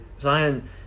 Zion